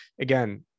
again